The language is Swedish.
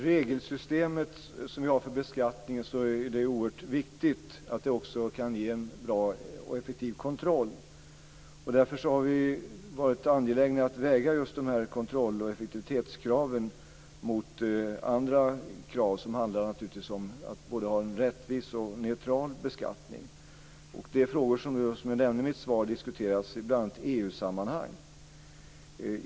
Herr talman! Det är oerhört viktigt att det regelsystem vi har för beskattningen också kan ge en bra och effektiv kontroll. Därför har vi varit angelägna om att väga just kontroll och effektivitetskraven mot andra krav, som naturligtvis handlar om att både ha en rättvis och en neutral beskattning. Detta är frågor som, som jag nämnde i mitt svar, diskuteras i bl.a. EU-sammanhang.